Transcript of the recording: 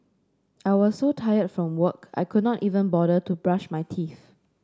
I was so tired from work I could not even bother to brush my teeth